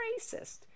racist